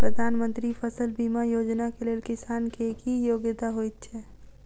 प्रधानमंत्री फसल बीमा योजना केँ लेल किसान केँ की योग्यता होइत छै?